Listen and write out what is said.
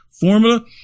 formula